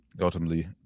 ultimately